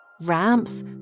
ramps